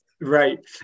Right